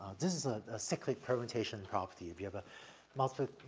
this is a cyclic permutation property. if you have a multiply,